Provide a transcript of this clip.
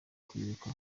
kwibuka